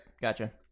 gotcha